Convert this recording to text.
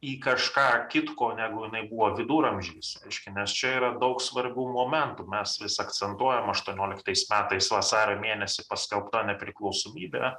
į kažką kitko negu jinai buvo viduramžiais reiškia nes čia yra daug svarbių momentų mes vis akcentuojam aštuonioliktais metais vasario mėnesį paskelbta nepriklausomybė